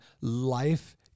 life